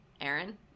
Aaron